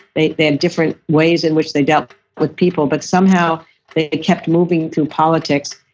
they they had different ways in which they dealt with people. but somehow they kept moving through politics,